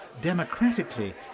Democratically